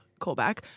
Callback